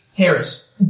Harris